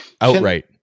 outright